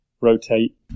rotate